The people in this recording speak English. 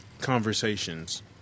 conversations